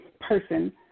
person